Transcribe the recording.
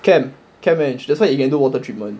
chemical chemical engineering that's he can do water treatment